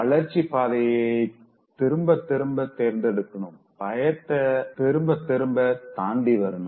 வளர்ச்சிப் பாதைய திரும்பத்திரும்ப தேர்ந்தெடுக்கனும் பயத்த திரும்பத் திரும்ப தாண்டி வரனும்